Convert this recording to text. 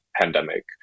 pandemic